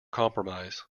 compromise